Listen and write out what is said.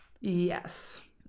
Yes